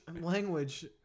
language